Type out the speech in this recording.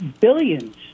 billions